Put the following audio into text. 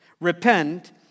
repent